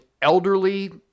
elderly